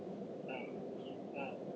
mm mm